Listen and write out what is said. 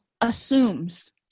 assumes